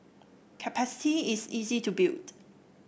is easy to build